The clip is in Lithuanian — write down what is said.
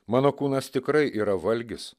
mano kūnas tikrai yra valgis